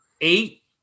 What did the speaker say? Eight